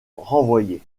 renvoyé